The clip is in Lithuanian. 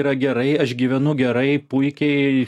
yra gerai aš gyvenu gerai puikiai